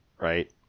right